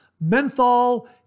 menthol